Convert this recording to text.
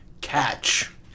catch